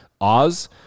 Oz